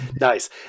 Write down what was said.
Nice